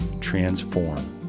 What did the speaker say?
transform